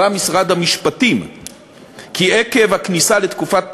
קבע משרד המשפטים כי עקב הכניסה לתקופת בחירות,